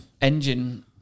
engine